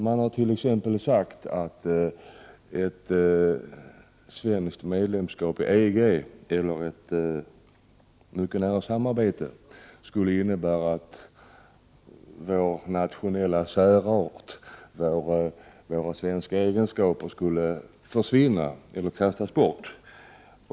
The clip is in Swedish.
Det har t.ex. sagts att ett svenskt medlemskap i EG eller ett mycket nära samarbete med EG skulle innebära att vår nationella särart och våra svenska egenskaper skulle försvinna eller kastas bort.